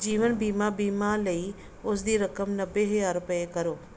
ਜੀਵਨ ਬੀਮਾ ਬੀਮਾ ਲਈ ਉਸ ਦੀ ਰਕਮ ਨੱਬੇ ਹਜ਼ਾਰ ਰੁਪਏ ਕਰੋ